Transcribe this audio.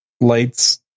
lights